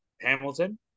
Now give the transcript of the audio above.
Hamilton